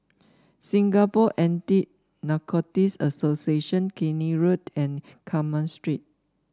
Singapore Anti Narcotics Association Keene Road and Carmen Street